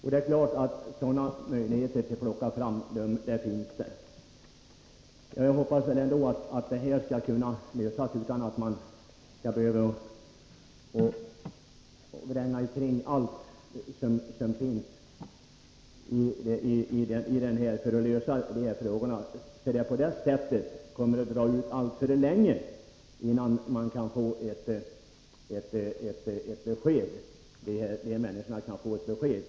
Det är klart att det finns möjlighet att plocka fram sådana, men jag hoppas ändå att problemet skall kunna lösas utan att man behöver vränga omkring allt som finns så att det kommer att dra ut alltför länge innan de här människorna kan få besked.